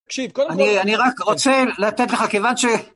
אני רק רוצה לתת לך כיוון ש...